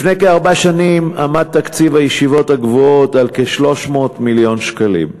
לפני כארבע שנים עמד תקציב הישיבות הגבוהות על כ-300 מיליון שקלים בשנה.